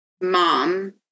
mom